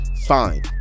fine